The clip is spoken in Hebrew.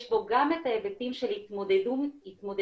יש פה גם את ההיבטים של התמודדות עם